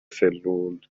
سلول